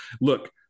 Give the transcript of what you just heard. look